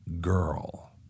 girl